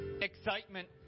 Excitement